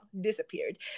disappeared